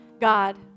God